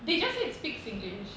they just said speak singlish